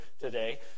today